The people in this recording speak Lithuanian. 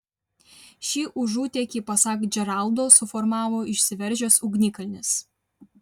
šį užutėkį pasak džeraldo suformavo išsiveržęs ugnikalnis